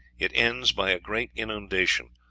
it ends by a great inundation,